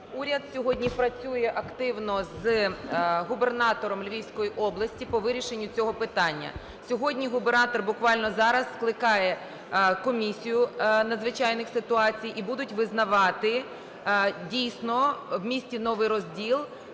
уряд сьогодні працює активно з губернатором Львівської області по вирішенню цього питання. Сьогодні губернатор буквально зараз скликає комісію надзвичайних ситуацій і будуть визнавати дійсно в місті Новий Розділ